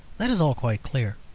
that is all quite clear.